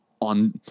on